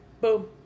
Boom